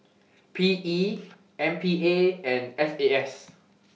PE MPA and FAS